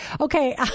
Okay